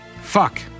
Fuck